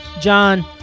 John